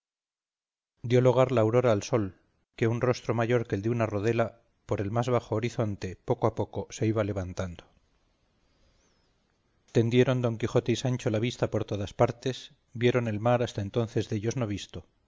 lugar la aurora al sol que un rostro mayor que el de una rodela por el más bajo horizonte poco a poco se iba levantando tendieron don quijote y sancho la vista por todas partes vieron el mar hasta entonces dellos no visto